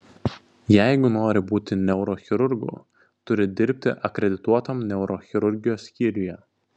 jeigu nori būti neurochirurgu turi dirbti akredituotam neurochirurgijos skyriuje